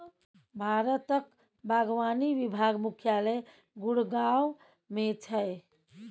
भारतक बागवानी विभाग मुख्यालय गुड़गॉव मे छै